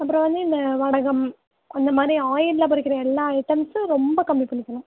அப்புறம் வந்து இந்த வடகம் அந்த மாதிரி ஆயிலில் பொரிக்கிற எல்லா ஐட்டம்ஸும் ரொம்ப கம்மி பண்ணிக்கணும்